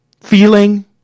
feeling